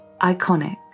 iconic